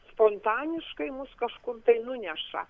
spontaniškai mus kažkur tai nuneša